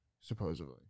supposedly